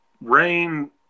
rain